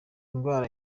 indwara